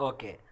Okay